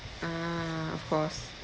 ah of course